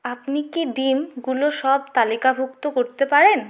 আপনি কি ডিমগুলো সব তালিকাভুক্ত করতে পারেন